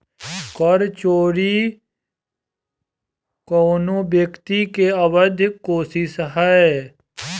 कर चोरी कवनो व्यक्ति के अवैध कोशिस ह